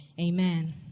Amen